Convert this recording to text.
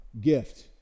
gift